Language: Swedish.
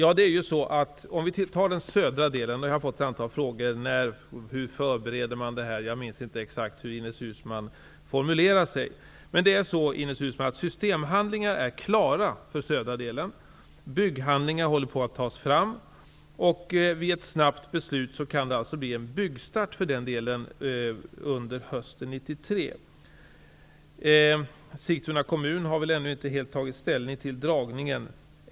Låt mig ta upp den södra delen, som jag har fått ett antal frågor om. Jag minns inte exakt hur Ines Uusmanns fråga om förberedelserna för den formulerades, men jag kan nämna, Ines Uusmann, att systemhandlingar är klara för den södra delen. Bygghandlingar håller på att tas fram, och vid ett snabbt beslut kan det bli byggstart för den delen under hösten 1993. Sigtuna kommun har väl ännu inte helt tagit ställning till dragningen.